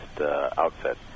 outfit